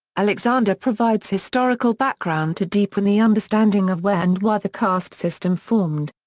alexander provides historical background to deepen the understanding of where and why the caste system formed.